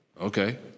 Okay